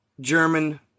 German